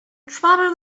trouble